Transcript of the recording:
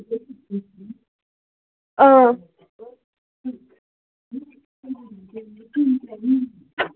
اۭں